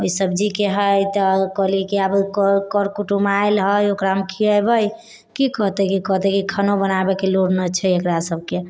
ओहि सब्जीके हइ तऽ कहलिए कि आब कर कूटुम आएल हइ ओकरा हम खिएबै की कहतै की कहतै कि खानो बनाबै लए लुइरि नहि छै एकरा सबके